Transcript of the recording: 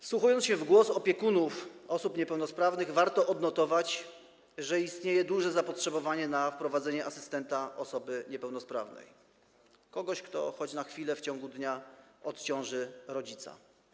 Wsłuchując się w głos opiekunów osób niepełnosprawnych, warto odnotować, że istnieje duże zapotrzebowanie na wprowadzenie asystenta osoby niepełnosprawnej, kogoś, kto choć na chwilę w ciągu dnia odciąży rodzica.